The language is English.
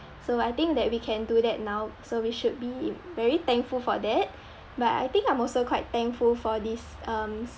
so I think that we can do that now so we should be very thankful for that but I think I'm also quite thankful for this um